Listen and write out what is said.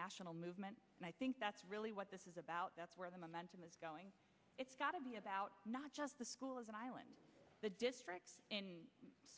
national movement and i think that's really what this is about that's where the momentum is going it's got to be about not just the school is an island the district